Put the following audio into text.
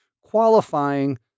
qualifying